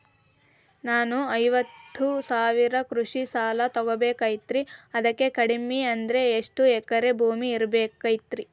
ನಾನು ಐವತ್ತು ಸಾವಿರ ಕೃಷಿ ಸಾಲಾ ತೊಗೋಬೇಕಾಗೈತ್ರಿ ಅದಕ್ ಕಡಿಮಿ ಅಂದ್ರ ಎಷ್ಟ ಎಕರೆ ಭೂಮಿ ಇರಬೇಕ್ರಿ?